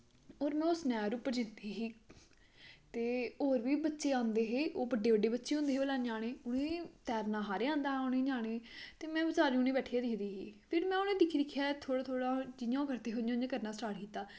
और में उस नैह्र उप्पर जंदी ही ते होर बी बच्चे आंदे हे ओह् बड्डे बड्डे बच्चे होंदे हे उसलै ञ्याने उ'नें तैरना सारें गी आंदा हा ञ्यानें गी ते में बचैरी इ'यां बैठियै दिखदी ही फिर में उ'नें गी दिक्खी दिक्खियै जि'यां जि'यां ओह् करदे हे उ'आं में कीता